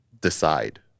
decide